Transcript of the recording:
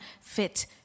fit